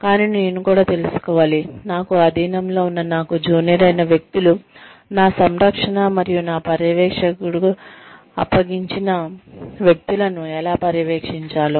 కానీ నేను కూడా తెలుసుకోవాలి నాకు అధీనంలో ఉన్న నాకు జూనియర్ అయిన వ్యక్తులు నా సంరక్షణ మరియు నా పర్యవేక్షణకు అప్పగించబడిన వ్యక్తులను ఎలా పర్యవేక్షించాలో